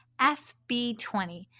FB20